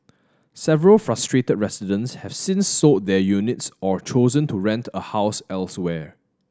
several frustrated residents have since sold their units or chosen to rent a house elsewhere